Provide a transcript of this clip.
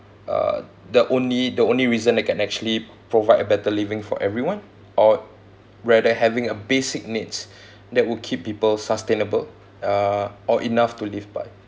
uh the only the only reason it can actually provide a better living for everyone or rather having a basic needs that would keep people sustainable uh or enough to live by